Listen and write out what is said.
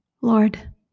Lord